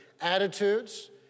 attitudes